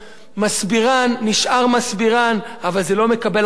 מסבירן נשאר מסבירן, אבל זה לא מקבל החלטות.